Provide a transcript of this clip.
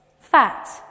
fat